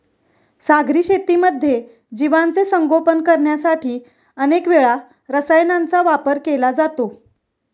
सागरी शेतीमध्ये जीवांचे संगोपन करण्यासाठी अनेक वेळा रसायनांचा वापर केला जातो